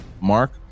Mark